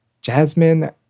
Jasmine